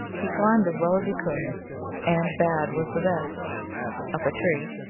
he climbed as well as he could and bad was the best up a tree,